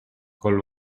col